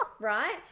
right